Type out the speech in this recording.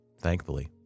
thankfully